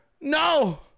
no